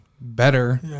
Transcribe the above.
better